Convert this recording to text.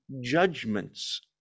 judgments